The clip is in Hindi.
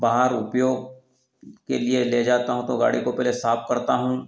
बाहर उपयोग के लिए ले जाता हूँ तो गाड़ी को पहले साफ करता हूँ